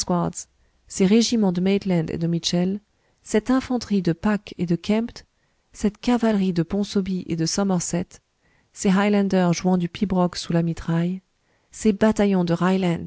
ces régiments de maitland et de mitchell cette infanterie de pack et de kempt cette cavalerie de ponsonby et de somerset ces highlanders jouant du pibroch sous la mitraille ces bataillons de